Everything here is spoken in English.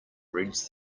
reads